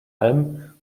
allem